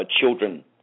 children